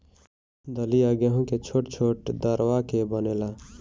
दलिया गेंहू के छोट छोट दरवा के बनेला